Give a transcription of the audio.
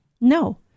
No